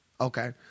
Okay